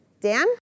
Dan